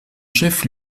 chef